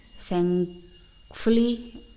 thankfully